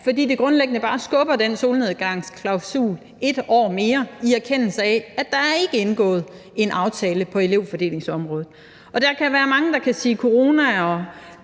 fordi det grundlæggende bare skubber den solnedgangsklausul 1 år mere, i erkendelse af at der ikke er indgået en aftale på elevfordelingsområdet. Det kan være, der er mange, der siger corona og